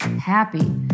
happy